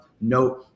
note